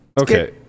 Okay